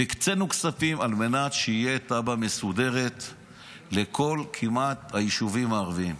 והקצינו כספים על מנת שתהיה תב"ע מסודרת לכמעט כל היישובים הערביים.